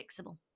fixable